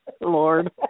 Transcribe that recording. Lord